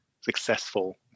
successful